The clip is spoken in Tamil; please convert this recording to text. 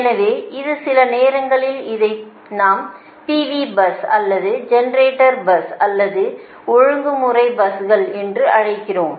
எனவே இது சில நேரங்களில் இதை நாம் P V பஸ் அல்லது ஜெனரேட்டர் பஸ்கள் அல்லது ஒழுங்குமுறை பஸ்கள் என்று அழைக்கிறோம்